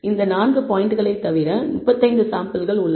இந்த 4 பாயிண்ட்களைத் தவிர 35 சாம்பிள்கள் உள்ளன